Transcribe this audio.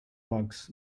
bugs